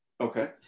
Okay